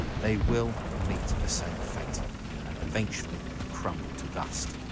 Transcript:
they will meet the same fate and eventually crumble to dust.